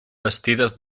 bastides